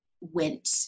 went